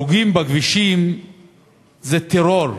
הרוגים בכבישים זה טרור,